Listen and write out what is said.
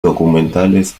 documentales